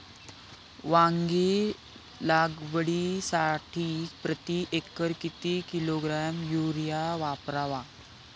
वांगी लागवडीसाठी प्रती एकर किती किलोग्रॅम युरिया वापरावा?